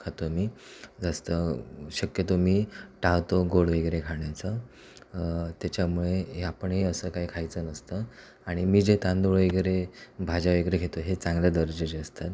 खातो मी जास्त शक्यतो मी टाळतो गोड वगैरे खाण्याचं त्याच्यामुळे हे आपणही असं काही खायचं नसतं आणि मी जे तांदूळ वगैरे भाज्या वगैरे घेतो हे चांगल्या दर्जाचे असतात